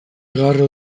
garro